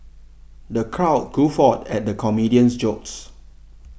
the crowd guffawed at the comedian's jokes